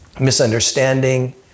misunderstanding